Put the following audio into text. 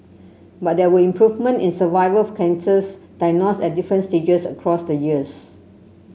but there was improvement in survival for cancers diagnosed at different stages across the years